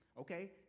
okay